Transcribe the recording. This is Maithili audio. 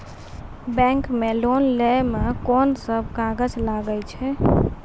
बैंक मे लोन लै मे कोन सब कागज लागै छै?